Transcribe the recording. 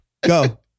Go